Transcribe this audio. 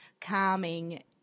calming